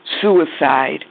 suicide